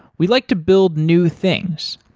we like to build new things,